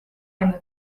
ainult